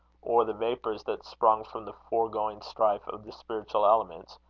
or the vapours that sprung from the foregoing strife of the spiritual elements,